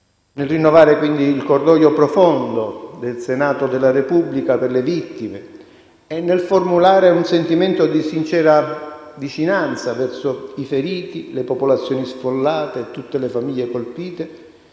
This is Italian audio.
Nel rinnovare quindi il cordoglio profondo del Senato della Repubblica per le vittime e nel formulare un sentimento di sincera vicinanza verso i feriti, le popolazioni sfollate e tutte le famiglie colpite,